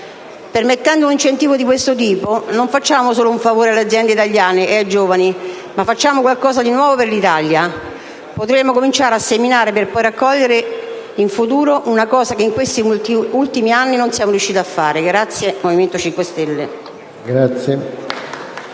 Prevedendo un incentivo di questo tipo non facciamo solo un favore alle aziende italiane e ai giovani, ma facciamo qualcosa di nuovo per l’Italia. Potremo cominciare a seminare per poi raccogliere in futuro, una cosa che in questi ultimi anni non siamo riusciti a fare. (Applausi della